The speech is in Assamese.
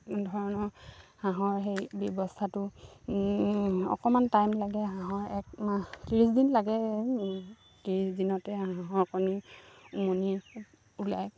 ধৰণৰ হাঁহৰ সেই ব্যৱস্থাটো অকণমান টাইম লাগে হাঁহৰ এক মাহ ত্ৰিছ দিন লাগে ত্ৰিছ দিনতে হাঁহৰ কণী উমনি ওলায়